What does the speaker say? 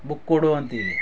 book ಕೊಡು ಅಂತೀವಿ